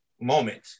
moment